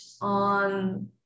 on